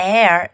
Air